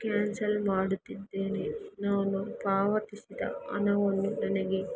cancel ಮಾಡುತ್ತಿದ್ದೇನೆ ನಾನು ಪಾವತಿಸಿದ ಹಣವನ್ನು ನನಗೆ